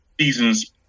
seasons